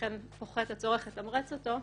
ולכן פוחת הצורך לתמרץ אותו.